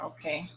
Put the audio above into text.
Okay